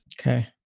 Okay